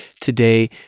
today